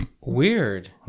Weird